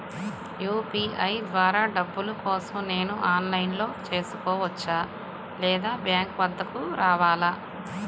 UPI ద్వారా డబ్బులు కోసం నేను ఆన్లైన్లో చేసుకోవచ్చా? లేదా బ్యాంక్ వద్దకు రావాలా?